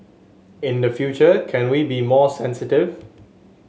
in the future can we be more sensitive